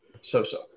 So-so